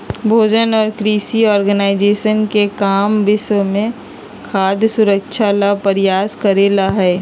भोजन और कृषि ऑर्गेनाइजेशन के काम विश्व में खाद्य सुरक्षा ला प्रयास करे ला हई